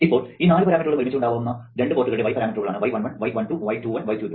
ഇപ്പോൾ ഈ നാല് പരാമീറ്ററുകളും ഒരുമിച്ച് ഉണ്ടാവുന്ന രണ്ട് പോർട്ടുകളുടെ y പരാമീറ്ററുകളാണ് y11 y12 y21 y22